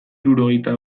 hirurogeita